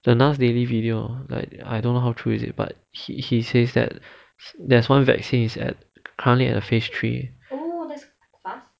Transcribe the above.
the last daily video like I don't know how true is it but he he says that there's one vaccines at currently at phase three